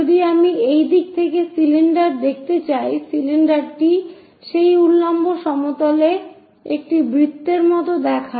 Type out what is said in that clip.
যদি আমি এই দিক থেকে সিলিন্ডার দেখতে চাই সিলিন্ডারটি সেই উল্লম্ব সমতলে একটি বৃত্তের মত দেখায়